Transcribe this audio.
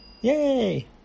Yay